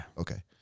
Okay